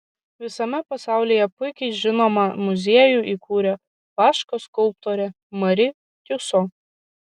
visame pasaulyje puikiai žinomą muziejų įkūrė vaško skulptorė mari tiuso